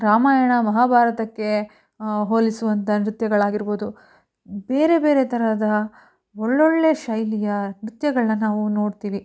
ರಾಮಾಯಣ ಮಹಾಭಾರತಕ್ಕೆ ಹೊಲಿಸುವಂಥ ನೃತ್ಯಗಳಾಗಿರ್ಬೋದು ಬೇರೆ ಬೇರೆ ತರಹದ ಒಳ್ಳೆಯ ಒಳ್ಳೆಯ ಶೈಲಿಯ ನೃತ್ಯಗಳನ್ನ ನಾವು ನೋಡ್ತೀವಿ